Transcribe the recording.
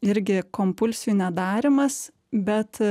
irgi kompulsijų nedarymas bet